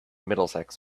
middlesex